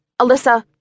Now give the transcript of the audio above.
Alyssa